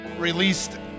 released